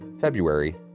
February